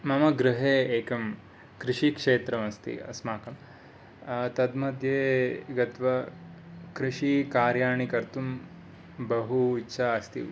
मम गृहे एकं कृषिक्षेत्रम् अस्ति अस्माकम् तत् मध्ये गत्वा कृषिकार्याणि कर्तुं बहु इच्छा अस्ति